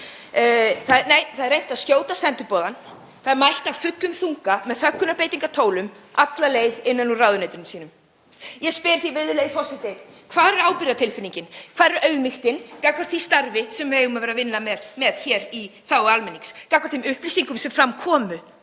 Nei, reynt er að skjóta sendiboðann. Þau mæta af fullum þunga með þöggunarbeitingartólin, alla leið innan úr ráðuneytunum sínum. Ég spyr því, virðulegi forseti: Hvar er ábyrgðartilfinningin? Hvar er auðmýktin gagnvart því starfi sem við eigum að vera að vinna hér í þágu almennings, gagnvart þeim upplýsingum sem fram komu